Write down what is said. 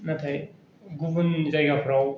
नाथाय गुबुन जायगाफ्राव